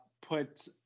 put